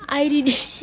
I reading